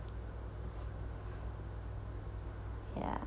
ya